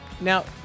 Now